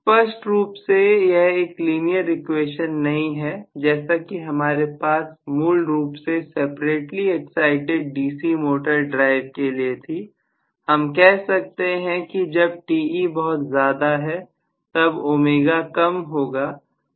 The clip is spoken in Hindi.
m स्पष्ट रूप से यह एक लीनियर इक्वेशन नहीं है जैसा कि हमारे पास मूल रूप से separately excited DC motor drive के लिए थी हम कह सकते हैं कि जब Te बहुत ज्यादा है तब ω कम होगा